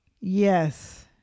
Yes